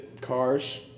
cars